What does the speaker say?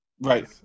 right